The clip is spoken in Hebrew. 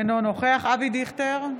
אינו נוכח אבי דיכטר,